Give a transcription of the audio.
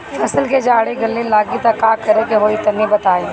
फसल के जड़ गले लागि त का करेके होई तनि बताई?